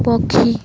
ପକ୍ଷୀ